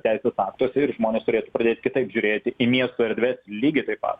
teisės aktuose ir žmonės turėtų pradėt kitaip žiūrėti į miesto erdves lygiai taip pat